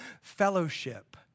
fellowship